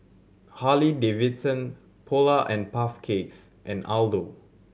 Harley Davidson Polar and Puff Cakes and Aldo